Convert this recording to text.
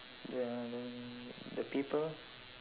the the the people